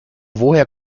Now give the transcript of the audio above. woher